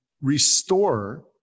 restore